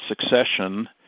succession